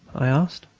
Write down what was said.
i asked.